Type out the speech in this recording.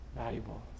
Valuable